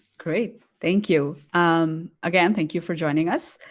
great thank you um again thank you for joining us